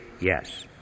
yes